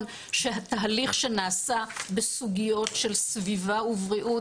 שהתהליך שנעשה בסוגיות של סביבה ובריאות,